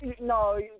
No